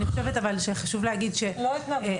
לא התנגדות.